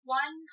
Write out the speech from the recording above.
one